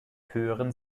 höheren